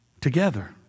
together